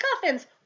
coffins